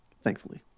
thankfully